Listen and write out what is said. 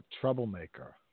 troublemaker